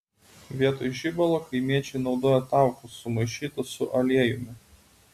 vietoj žibalo kaimiečiai naudojo taukus sumaišytus su aliejumi